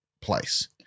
place